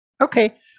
Okay